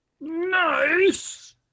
Nice